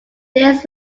this